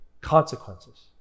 consequences